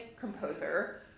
composer